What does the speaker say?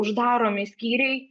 uždaromi skyriai